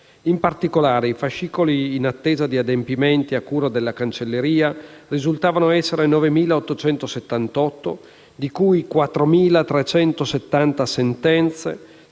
In particolare, i fascicoli in attesa di adempimenti a cura della cancelleria risultavano essere 9.878, di cui 4.370 sentenze,